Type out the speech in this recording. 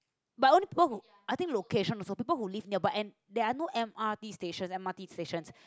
but only both who I think location also people who live nearby but and there are no M_R_T station M_R_T station